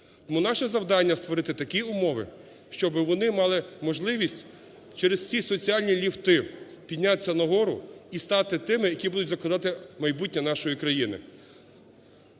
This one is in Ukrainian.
Тому наше завдання – створити такі умови, щоби вони мали можливість через ці соціальні ліфти піднятися на гору і стати тими, які будуть закладати майбутнє нашої країни.